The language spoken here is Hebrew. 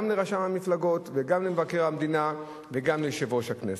גם לרשם המפלגות וגם למבקר המדינה וגם ליושב-ראש הכנסת.